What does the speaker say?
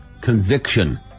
conviction